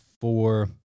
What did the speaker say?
four